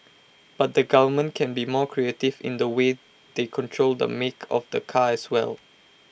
but the government can be more creative in the way they control the make of the car as well